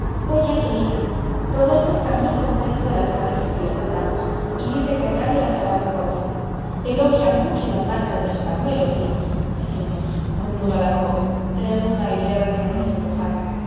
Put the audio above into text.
oye angelina rodolfo está muy contento de las camisas que le mandamos y dice que nadie las hará mejores elogia mucho las marcas de los pañuelos y ay señor murmuró la joven trémula y levemente sonrojada